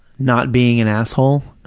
not being an asshole.